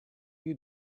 you